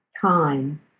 time